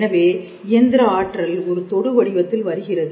எனவே இயந்திர ஆற்றல் ஒரு தொடு வடிவத்தில் வருகிறது